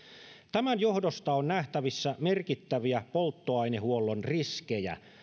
tämän johdosta on nähtävissä merkittäviä polttoainehuollon riskejä